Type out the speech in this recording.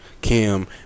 Kim